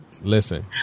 Listen